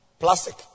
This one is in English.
Plastic